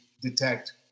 detect